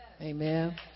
Amen